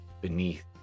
beneath